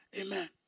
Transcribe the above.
Amen